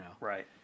right